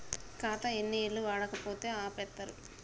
ఖాతా ఎన్ని ఏళ్లు వాడకపోతే ఆపేత్తరు?